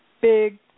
big